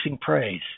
Praise